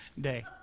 Day